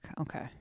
Okay